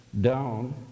down